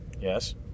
Yes